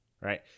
right